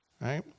right